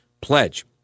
pledge